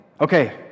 Okay